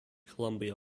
columbia